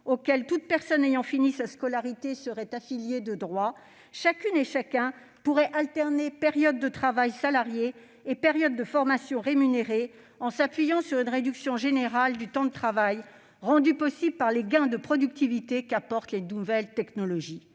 auquel toute personne ayant achevé sa scolarité serait affiliée de droit, chacune et chacun pourrait alterner périodes de travail salarié et périodes de formation rémunérées, grâce à une réduction générale du temps de travail rendue possible par les gains de productivité qu'apportent les nouvelles technologies.